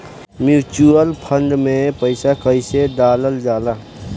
Mutual fund मे पईसा कइसे डालल जाला?